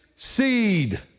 Seed